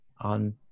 on